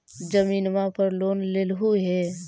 जमीनवा पर लोन लेलहु हे?